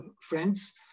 friends